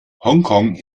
hongkong